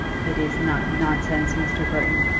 it is not nonsense, mr. burton.